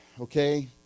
okay